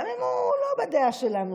גם אם הוא לא בדעה שלנו.